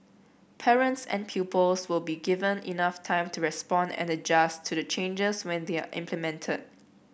parents and pupils will be given enough time to respond and adjust to the changes when they are implemented